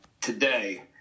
today